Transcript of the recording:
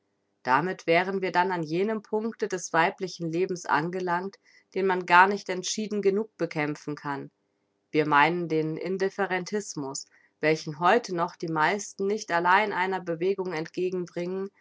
damit wären wir denn an jenem punkte des weiblichen lebens angelangt den man gar nicht entschieden genug bekämpfen kann wir meinen den indifferentismus welchen heute noch die meisten nicht allein einer bewegung entgegenbringen